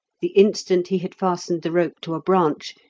the instant he had fastened the rope to a branch,